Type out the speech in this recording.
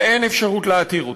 ואין אפשרות להתיר אותו.